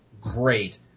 great